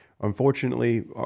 Unfortunately